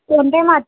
PhonePe ಮಾಡ್ತೀರ